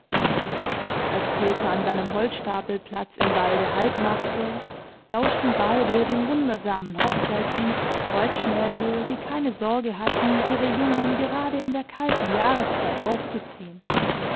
als peter an seinem holzstapelplatz im walde haltmachte lauschten beide dem wundersamen hochzeitslied der kreuzschnäbel die keine sorge hatten ihre jungen gerade in der kalten jahreszeit aufzuziehen